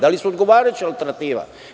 Da li su odgovarajuća alternativa?